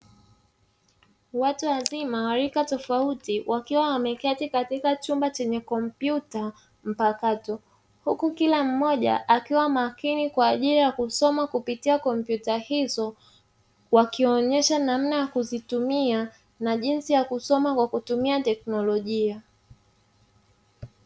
Watu wazima wa rika tofauti wakiwa wameketi katika chumba chenye kompyuta mpakato, huku kila mmoja akiwa makini kwa ajili ya kusoma kupitia kompyuta hizo, wakionyesha namna ya kuzitumia na jinsi ya kusoma kwa kutumia teknolojia.